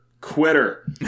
quitter